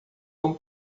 não